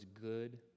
good